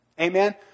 Amen